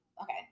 Okay